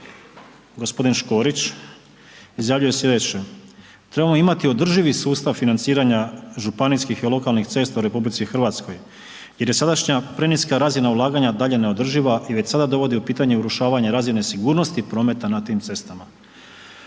g. Škorić izjavio je slijedeće, trebamo imati održivi sustav financiranja županijskih i lokalnih cesta u RH jer je sadašnja preniska razina ulaganja dalje neodrživa i već sada dovodi u pitanje urušavanja razine sigurnosti prometa na tim cestama.